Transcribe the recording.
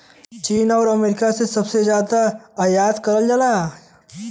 चीन आउर अमेरिका से सबसे जादा आयात करल जाला